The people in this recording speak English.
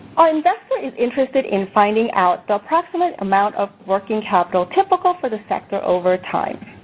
our investor is interested in finding out the approximate amount of working capital typical for the sector over time.